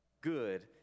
good